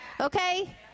okay